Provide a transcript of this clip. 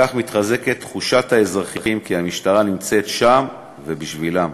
כך מתחזקת תחושת האזרחים כי המשטרה נמצאת שם ובשבילם.